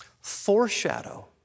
foreshadow